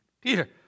Peter